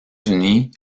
unis